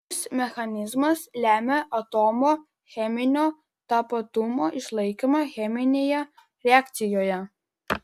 šis mechanizmas lemia atomo cheminio tapatumo išlaikymą cheminėje reakcijoje